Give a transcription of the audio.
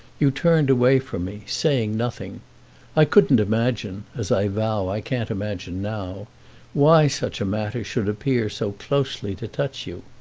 you turned away from me, saying nothing i couldn't imagine as i vow i can't imagine now why such a matter should appear so closely to touch you.